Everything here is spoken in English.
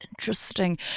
Interesting